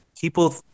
people